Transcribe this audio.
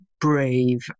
brave